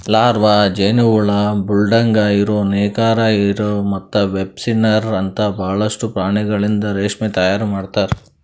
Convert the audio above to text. larva, ಜೇನುಹುಳ, bulldog ಇರು, ನೇಕಾರ ಇರು ಮತ್ತ ವೆಬ್ಸ್ಪಿನ್ನರ್ ಅಂತ ಭಾಳಷ್ಟು ಪ್ರಾಣಿಗೊಳಿಂದ್ ರೇಷ್ಮೆ ತೈಯಾರ್ ಮಾಡ್ತಾರ